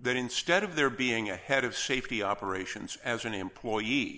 that instead of there being a head of safety operations as an employee